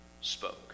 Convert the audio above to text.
spoke